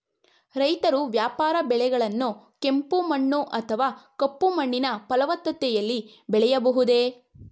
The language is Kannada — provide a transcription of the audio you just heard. ರೈತರು ವ್ಯಾಪಾರ ಬೆಳೆಗಳನ್ನು ಕೆಂಪು ಮಣ್ಣು ಅಥವಾ ಕಪ್ಪು ಮಣ್ಣಿನ ಫಲವತ್ತತೆಯಲ್ಲಿ ಬೆಳೆಯಬಹುದೇ?